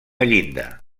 llinda